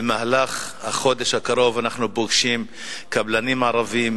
במהלך החודש הקרוב אנחנו פוגשים קבלנים ערבים,